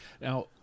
Now